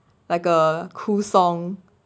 like uh cool song